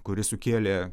kuris sukėlė